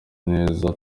neza